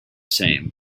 same